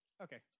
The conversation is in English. Okay